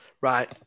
right